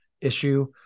issue